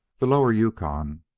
the lower yukon,